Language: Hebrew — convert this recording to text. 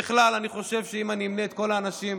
בכלל אני חושב שאם אני אמנה את כל האנשים,